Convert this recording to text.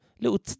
little